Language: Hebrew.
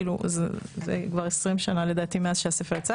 זה כבר 20 שנה מאז שהספר יצא